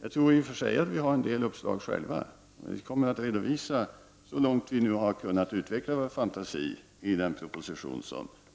Jag tror i och för sig att vi har en del uppslag själva, och vi kommer att redovisa dem, så långt vi nu har kunnat utveckla vår fantasi, i den proposition